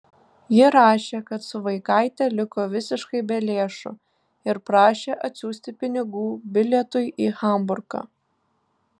ji rašė kad su vaikaite liko visiškai be lėšų ir prašė atsiųsti pinigų bilietui į hamburgą